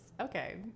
Okay